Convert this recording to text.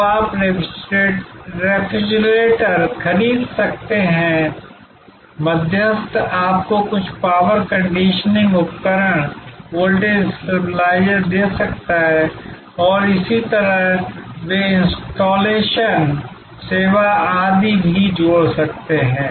तो आप रेफ्रिजरेटर खरीद सकते हैं मध्यस्थ आपको कुछ पावर कंडीशनिंग उपकरण वोल्टेज स्टेबलाइजर्स दे सकता है और इसी तरह वे इंस्टॉलेशन सेवा आदि भी जोड़ सकते हैं